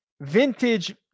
vintage